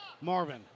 Marvin